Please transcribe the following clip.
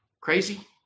crazy